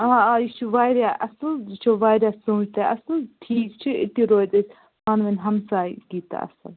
آ آ یہِ چھُ واریاہ اصٕل یہِ چھُ واریاہ سونٚچ تہِ اصٕل ٹھیٖک چھُ أتی روزِ اَسہِ پانہٕ ؤنۍ ہمسایہِ گی تہِ اصٕل